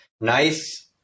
nice